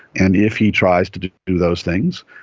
and if he tries to do those things,